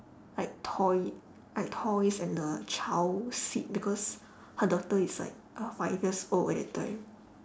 like toy like toys and a child seat because her daughter is like uh five years old at that time